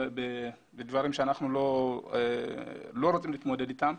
בדברים שאנחנו לא רוצים להתמודד אתם.